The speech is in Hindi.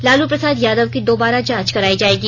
लालू प्रसाद यादव की दोबारा जांच करायी जायेगी